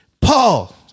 Paul